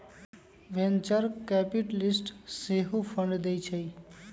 venture capitalist सेहो fund देइ छइ